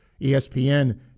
ESPN